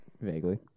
vaguely